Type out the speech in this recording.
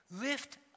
Lift